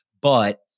But-